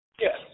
Yes